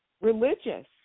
religious